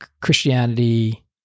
Christianity